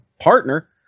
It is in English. partner